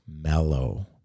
mellow